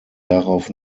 darauf